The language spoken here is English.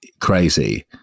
crazy